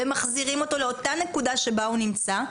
ומחזירים אותו לאותה נקודה שבה הוא נמצא.